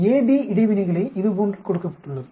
AB இடைவினை இதுபோன்று கொடுக்கப்பட்டுள்ளது